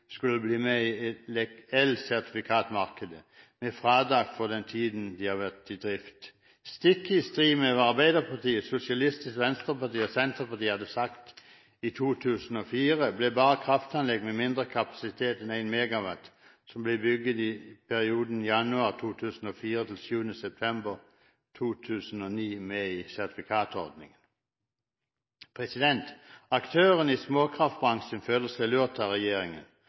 skulle bli med i elsertifikatmarkedet, med fradrag for den tiden de har vært i drift. Stikk i strid med hva Arbeiderpartiet, Sosialistisk Venstreparti og Senterpartiet hadde sagt i 2004, ble bare kraftanlegg med mindre kapasitet enn 1 MW, som ble bygget i perioden fra januar 2004 til 7. september 2009, med i sertifikatordningen. Aktørene i småkraftbransjen føler seg lurt av regjeringen.